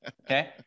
Okay